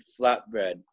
flatbread